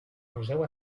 museu